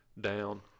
down